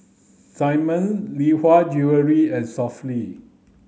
Simmon Lee Hwa Jewellery and Sofy